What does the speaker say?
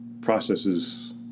processes